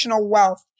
wealth